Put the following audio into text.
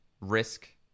Risk